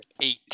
Eight